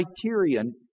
criterion